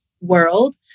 world